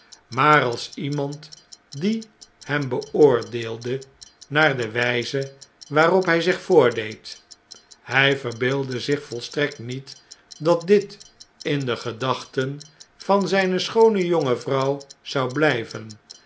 maar als iemand die hem beoordeelde naar de wijze waarop hij zich voordeed hij verbeeldde zich volstrekt niet dat dit in de gedachten van zijne schoone jonge vrouw zou blijven